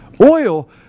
Oil